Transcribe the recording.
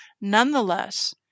Nonetheless